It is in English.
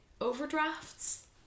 overdrafts